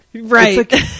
right